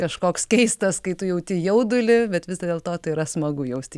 kažkoks keistas kai tu jauti jaudulį bet vis dėlto tai yra smagu jausti